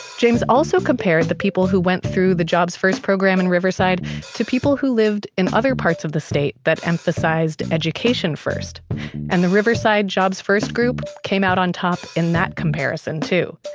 james also compared the people who went through the jobs-first program in riverside to people who lived in other parts of the state that emphasized education-first and the riverside jobs-first group came out on top in that comparison too.